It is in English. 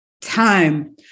time